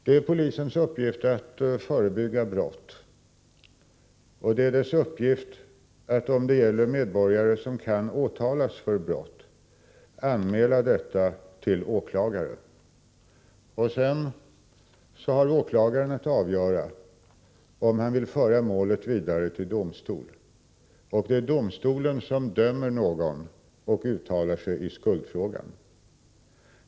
Det är polisens uppgift att förebygga brott och det är dess uppgift att, om det gäller medborgare som kan åtalas för brott, anmäla fallet till åklagaren. Sedan har åklagaren att avgöra om han vill föra målet vidare till domstol, och det är domstolen som dömer och uttalar sig i skuldfrågan.